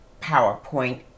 PowerPoint